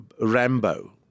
Rambo